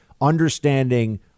understanding